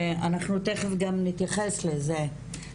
אנחנו תיכף גם נתייחס לזה.